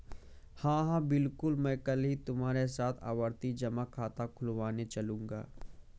हां हां बिल्कुल मैं कल ही तुम्हारे साथ आवर्ती जमा खाता खुलवाने चलूंगा